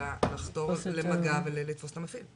אלא לחתור למגע ולתפוס את המפעיל.